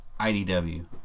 IDW